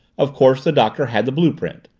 of course the doctor had the blue-print.